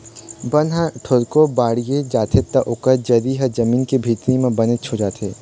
बन ह थोरको बाड़गे जाथे त ओकर जरी ह जमीन के भीतरी म बनेच हो जाथे